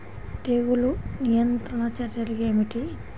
తెగులు నియంత్రణ చర్యలు ఏమిటి?